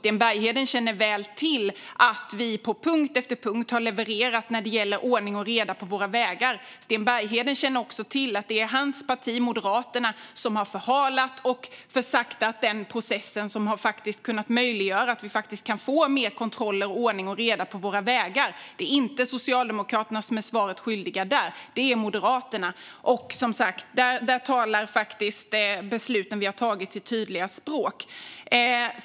Sten Bergheden känner väl till att vi på punkt efter punkt har levererat när det gäller ordning och reda på våra vägar. Sten Bergheden känner också till att det är hans parti, Moderaterna, som har förhalat den process som möjliggör att vi kan få mer kontroll och ordning och reda på våra vägar. Det är inte Socialdemokraterna som är svaret skyldiga där, utan det är Moderaterna. Här talar besluten vi har tagit sitt tydliga språk.